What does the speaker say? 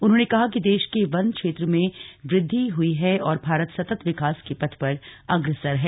उन्होंने कहा कि देश के वन क्षेत्र में वृद्धि हुई है और भारत सतत विकास के पथ पर अग्रसर है